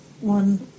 one